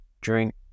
drink